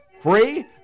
free